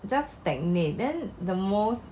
just stagnate then the most